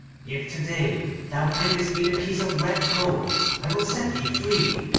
if to-day thou bringest me the piece of red gold i will set thee free,